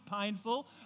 painful